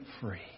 free